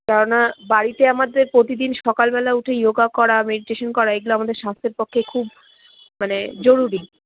কেননা বাড়িতে আমাদের প্রতিদিন সকালবেলা উঠে ইয়োগা করা মেডিটেশন করা এগুলো আমাদের স্বাস্থ্যের পক্ষে খুব মানে জরুরি